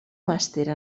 màster